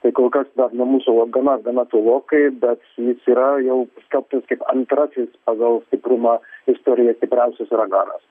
tai kol kas dar nuo mūsų gana gana tolokai bet jis yra jau skelbtas kaip antrasis pagal stiprumą istorijoj stipriausias uraganas